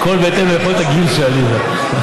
הכול בהתאם ליכולת הגיוס של עליזה.